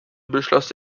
beschloss